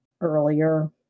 earlier